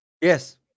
Yes